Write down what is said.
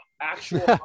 actual